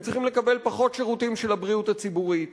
הם צריכים לקבל פחות שירותים של הבריאות הציבורית,